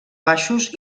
baixos